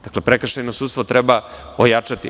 Dakle, prekršajno sudstvo treba pojačati.